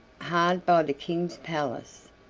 hard by the king's palace.